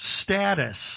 status